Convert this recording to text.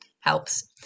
helps